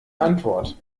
antwort